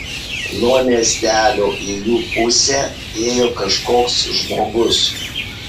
nuo miestelio į jų pusę ėjo kažkoks žmogus